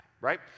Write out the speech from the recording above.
right